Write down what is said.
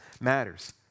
matters